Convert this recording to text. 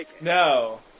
No